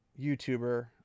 YouTuber